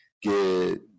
que